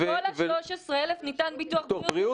לכל ה-13,000 ניתן ביטוח בריאות?